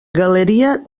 galeria